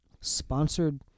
sponsored